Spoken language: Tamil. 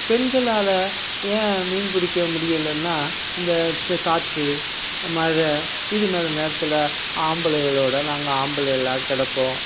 பெண்களால் ஏன் மீன் பிடிக்க முடியலன்னா இந்த காற்று மழை இது மாதிரி நேரத்தில் ஆம்பளைகளோட நாங்கள் ஆம்பளைகளாக கிடப்போம்